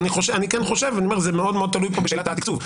אני חושב שזה מאוד תלוי פה בשאלת התקצוב,